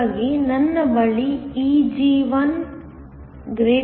ಹಾಗಾಗಿ ನನ್ನ ಬಳಿ Eg1 Eg2 ಇದೆ